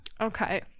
Okay